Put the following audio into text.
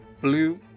Blue